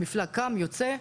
המפלג קם ויוצא,